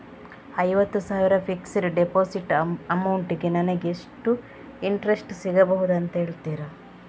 ಐವತ್ತು ಸಾವಿರ fixed deposit amount ಗೆ ನಂಗೆ ಎಷ್ಟು ಇಂಟ್ರೆಸ್ಟ್ ಸಿಗ್ಬಹುದು ಅಂತ ಹೇಳ್ತೀರಾ?